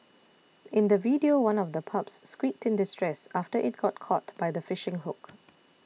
in the video one of the pups squeaked in distress after it got caught by the fishing hook